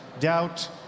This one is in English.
doubt